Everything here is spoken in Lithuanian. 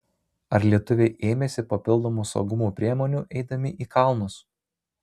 ar lietuviai ėmėsi papildomų saugumo priemonių eidami į kalnus